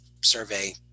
survey